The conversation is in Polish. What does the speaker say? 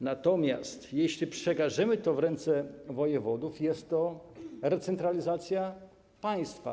Natomiast jeśli przekażemy to w ręce wojewodów, jest to recentralizacja państwa.